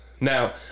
now